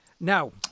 Now